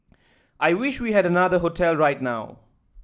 I wish we had another hotel right now